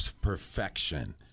perfection